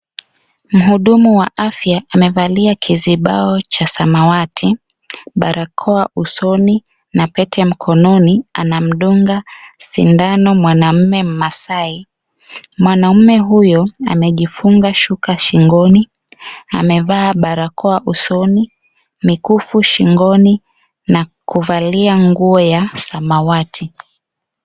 Mhudumu wa afya anavalia kizibao cha samawati, barakoa usoni, na pete mkononi, anamdunga sindano mwanaume mmasai, mwanaume huyo amejifunga shuka shingoni, amevaa barakoa usoni, mikufu shingoni, na kuvalia nguo ya samawati.